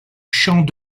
champ